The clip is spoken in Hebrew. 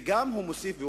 וגם, הוא מוסיף ואומר,